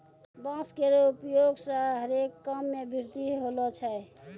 बांस केरो उपयोग सें हरे काम मे वृद्धि होलो छै